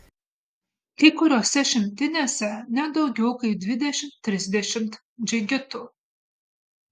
kai kuriose šimtinėse ne daugiau kaip dvidešimt trisdešimt džigitų